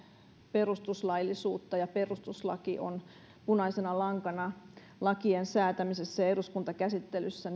perustuslaillisuutta ja perustuslaki on punaisena lankana lakien säätämisessä ja eduskuntakäsittelyssä